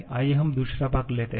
आइए हम दूसरा भाग लेते हैं